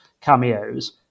cameos